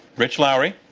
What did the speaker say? rich lowry.